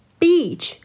beach